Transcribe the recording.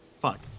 Fuck